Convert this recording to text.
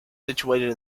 situated